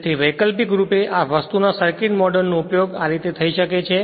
તેથી વૈકલ્પિક રૂપે આ વસ્તુના સર્કિટ મોડેલનો ઉપયોગ આ રીતે થઈ શકે છે